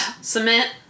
cement